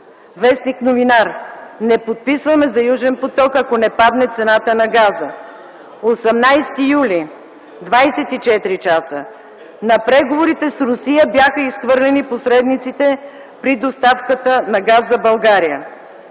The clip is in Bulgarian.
в. „Новинар”: „Не подписваме за „Южен поток”, ако не падне цената на газа”; 18 юли т.г., в. „24 часа”: „На преговорите с Русия бяха изхвърлени посредниците при доставката на газ за България”;